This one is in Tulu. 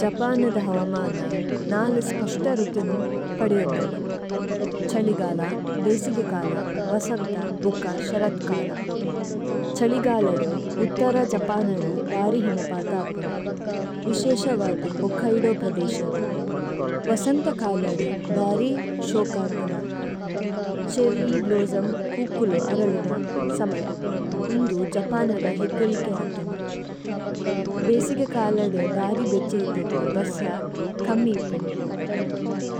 ജപാനദദ ഹവമാനാ നാലിസ പഷടരരതിനം പഡിഓനനിദം। ചളിഗാലാ, ബഇസിഗികാലാ, വസംതാ, ബകാ ശരതകാലാ। ചളിഗാലാദ, ഉതടരാ ജപാനാദ, ബാരി ഹിമപാതാപനം, വിശഇഷവാദ ഹഓകാഇഡഓ പരദിശാദ। വസനതാകാലാദ, ബാരി ശഓകാതനാ, ചിരി ബലഓജമ, പംകിലം അരലനാ, സമയാ। ഉനദം ജപാനദ ഹിഗളികായാതനം। ബഇസിഗാലാദ ബാരി ബിചയിതദ ബരസാ കമിപണം।